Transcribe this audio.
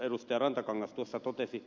rantakangas tuossa totesi